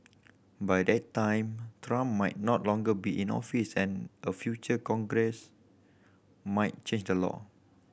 by that time Trump might no longer be in office and a future Congress might change the law